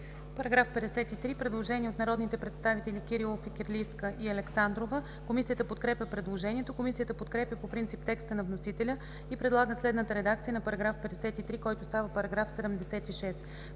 Параграф 54 – предложение от народните представители Данаил Кирилов, Йорданка Фикирлийска и Анна Александрова. Комисията подкрепя предложението. Комисията подкрепя по принцип текста на вносителя и предлага следната редакция на § 54, който става § 77: „§ 77.